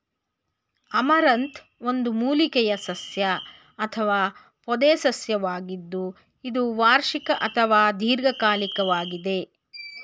amaranth ಒಂದು ಮೂಲಿಕೆಯ ಸಸ್ಯ ಅಥವಾ ಪೊದೆಸಸ್ಯವಾಗಿದ್ದು ಇದು ವಾರ್ಷಿಕ ಅಥವಾ ದೀರ್ಘಕಾಲಿಕ್ವಾಗಿದೆ